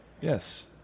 Yes